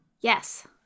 Yes